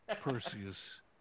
Perseus